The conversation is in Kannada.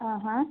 ಆಂ ಹಾಂ